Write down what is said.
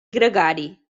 gregari